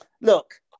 look